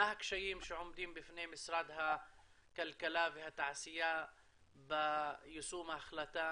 מה הקשיים שעומדים בפני משרד הכלכלה והתעשייה ביישום ההחלטה